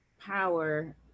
power